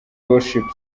worship